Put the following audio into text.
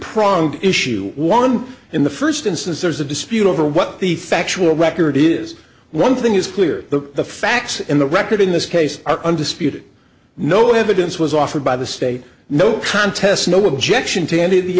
pronged issue one in the first instance there's a dispute over what the factual record is one thing is clear look the facts in the record in this case are undisputed no evidence was offered by the state no contest no objection to end of the